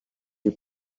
you